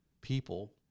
people